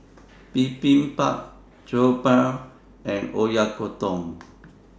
Bibimbap Jokbal and Oyakodon